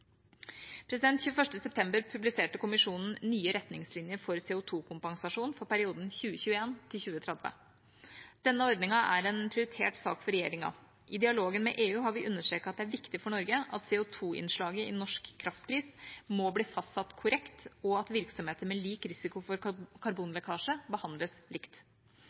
september publiserte Kommisjonen nye retningslinjer for CO 2 -kompensasjon for perioden 2021–2030. Denne ordningen er en prioritert sak for regjeringa. I dialogen med EU har vi understreket at det er viktig for Norge at CO 2 -innslaget i norsk kraftpris må bli fastsatt korrekt, og at virksomheter med lik risiko for karbonlekkasje behandles likt.